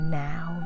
now